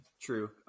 True